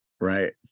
Right